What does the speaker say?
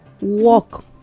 walk